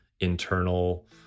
internal